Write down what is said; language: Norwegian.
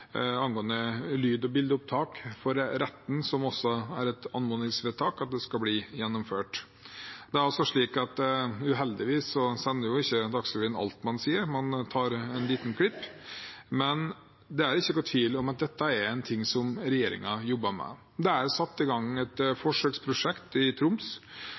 et anmodningsvedtak om at det skal bli gjennomført. Uheldigvis sender ikke Dagsrevyen alt man sier; man tar et lite klipp. Men det er ikke noen tvil om at dette er noe som regjeringen jobber med. Det er satt i gang et forsøksprosjekt i Troms,